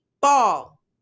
ball